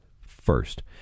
First